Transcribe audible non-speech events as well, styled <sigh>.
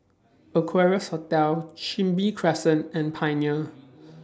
<noise> Equarius Hotel Chin Bee Crescent and Pioneer